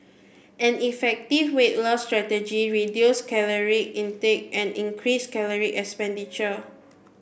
an effective weight loss strategy reduce caloric intake and increase caloric expenditure